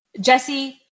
Jesse